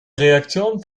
reaktion